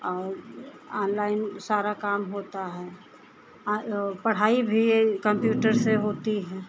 और यह आनलाइन सारा काम होता है और पढ़ाई भी कंप्यूटर से होती है